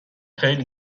خیلی